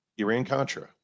Iran-Contra